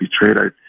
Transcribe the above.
betrayed